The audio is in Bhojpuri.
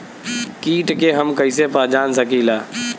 कीट के हम कईसे पहचान सकीला